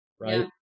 Right